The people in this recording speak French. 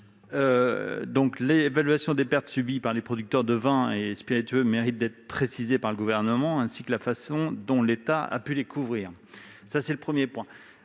L'évaluation des pertes subies par les producteurs de vins et spiritueux mériterait d'être précisée par le Gouvernement, de même que la façon dont l'État a pu les couvrir. J'en profite pour